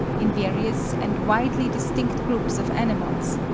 in various and widely distinct groups of animals,